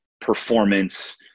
performance